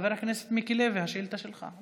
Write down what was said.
חבר הכנסת מיקי לוי, השאילתה שלך.